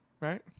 Right